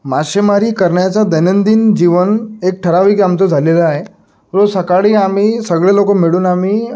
मासेमारी करण्याचा दैनंदिन जीवन एक ठराविक आमचं झालेलं आहे रोज सकाळी आम्ही सगळे लोक मिळून आम्ही